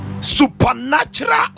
supernatural